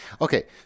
Okay